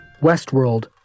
Westworld